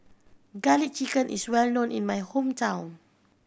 Garlic Chicken is well known in my hometown